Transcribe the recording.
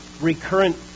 recurrent